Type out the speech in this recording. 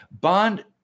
Bond